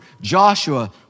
Joshua